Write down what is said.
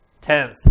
Tenth